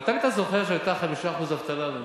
בוא נעבור ביחד על כל המדדים המקרו-כלכליים.